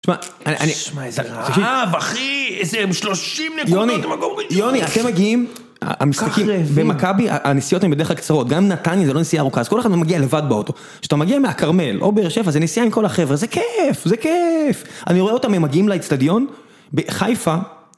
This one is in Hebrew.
תשמע איזה רעב אחי, איזה שלושים נקודות מגורית יוני, יוני אתם מגיעים המשחקים במכבי, הנסיעות הן בדרך כלל קצרות גם נתניה זה לא נסיעה ארוכה אז כל אחד מגיע לבד באוטו כשאתה מגיע מהכרמל או באר שבע זה נסיעה עם כל החבר'ה זה כיף, זה כיף אני רואה אותם הם מגיעים לאצטדיון בחיפה